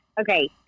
Okay